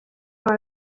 wawe